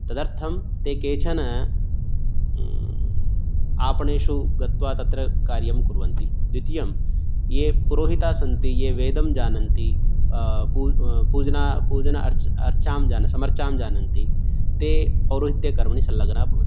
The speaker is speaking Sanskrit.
तदर्थं ते केचन आपणेषु गत्वा तत्र कार्यं कुर्वन्ति द्वितीयं ये पुरोहिताः सन्ति ये वेदं जानन्ति पूजन अर्चां समर्चां जानन्ति ते पौरोहित्यकर्मणि संलग्नाः भवन्ति